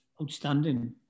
outstanding